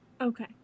Okay